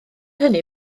hynny